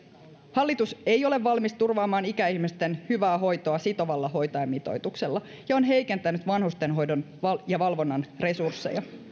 hallitus ei ole valmis turvaamaan ikäihmisten hyvää hoitoa sitovalla hoitajamitoituksella ja on heikentänyt vanhustenhoidon ja valvonnan resursseja